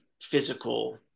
physical